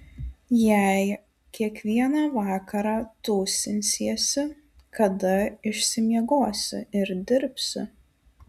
jei kiekvieną vakarą tūsinsiesi kada išsimiegosi ir dirbsi